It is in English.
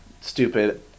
stupid